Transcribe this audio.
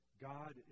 God